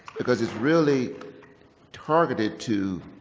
because it's really targeted to